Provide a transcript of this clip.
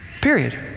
Period